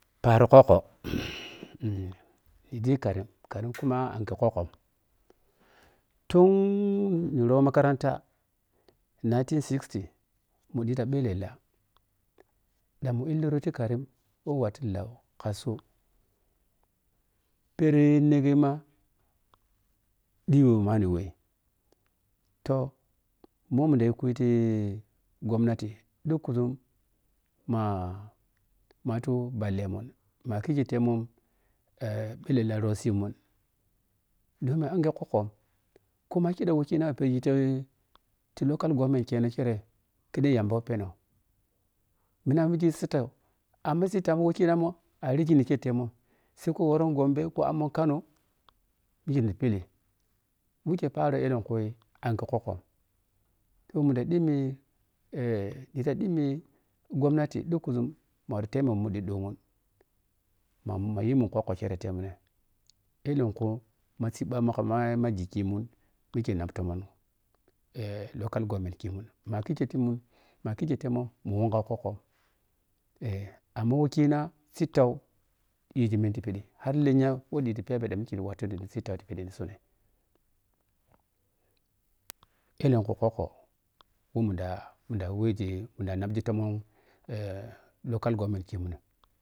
Paari kwukko ni ɗhi karim karim kuma anghe kwukko tun ni rhuu makaranta nayintin siti mu ɗhita ɓhella ɗan mdillicuti karim mo mu wattuh lau ka soo pheri meȝima ɗhiyo manni wɛ toh mu mun da yi kui titi gomnati ɗhugkuȝum mamaatu bhalle mun makhekei temun eh ɓhella roh siimun bhema anghe kwukko kuma kidam wukina a perghi ti ti local gommen kemoh tire khiɗe yamba ɓhenoh minamun yi ghi sitteu amma sittau wɛ kinamma a righin khettomun saiko woron gombe ko akuma kano mikye ɗhi philli mikye paaro ɛlɛnkhui anghe kwukko wu mun da ɗhimmi eh mun ta ɗhimmi gomnati ɗhukkuȝum ma wɔce mmon muɗhi ɗɔmun ma ma yimu kwukko kere temineh ɛlɛnkhu ma siibha mu ka ma ma ghig khimun mikye nap tohmon eh local gommen khimun ma kykye timun ma kikyetema mu wɔn ka kwukko eh amma wekina sitta ɗhiginin ti phiɗi har lenya wɔ ɗh ci pheɓhe ɗan mikye ri wattuh yighi sittau ti phiɗhi ni sun kheɗinni kwukko wɔ mun ɗa wɛghi mun da naapghi tammun eh local gommen khimun.